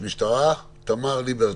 תמר, בבקשה.